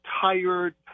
tired